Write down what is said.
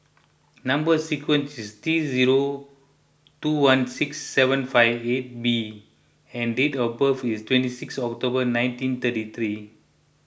Number Sequence is T zero two one six seven five eight B and date of birth is twenty six October nineteen thirty three